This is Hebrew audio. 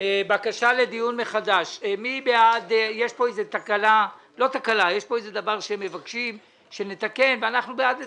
יש כאן איזה דבר שהם מבקשים שנתקן ואנחנו בעד לתקן.